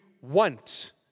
want